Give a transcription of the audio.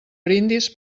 brindis